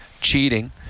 cheating